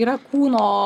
yra kūno